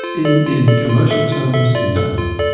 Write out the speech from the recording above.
in in commercial terms, no.